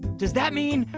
does that mean?